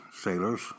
sailors